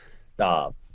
Stop